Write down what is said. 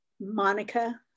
monica